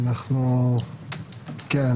כן.